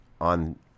on